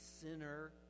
sinner